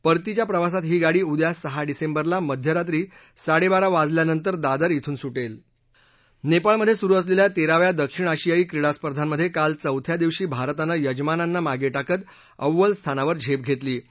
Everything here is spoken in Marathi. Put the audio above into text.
परतीच्या प्रवासात ही गाडी उद्या सहा डिसेंबरला मध्यरात्री साडब्रिरा वाजम्तिर दादर श्रिन सुटली नप्रिलमध्यस्रिरू असलच्या तस्थिया दक्षिण आशियायी क्रीडा स्पर्धांमध्यक्राल चौथ्या दिवशी भारतानं यजमानांना मागटिकत अव्वल स्थानावर झर्टिप्रस्तिी